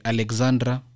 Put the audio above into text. Alexandra